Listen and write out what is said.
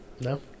No